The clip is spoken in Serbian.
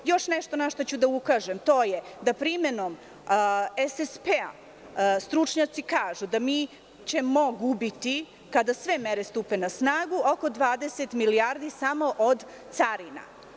Još nešto na šta ću da ukažem to je da primenom SSP stručnjaci kažu da ćemo mi gubiti kada sve mere stupe na snagu oko 20 milijardi samo od carina.